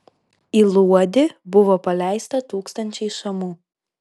į luodį buvo paleista tūkstančiai šamų